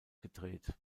gedreht